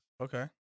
Okay